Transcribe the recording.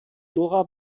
nora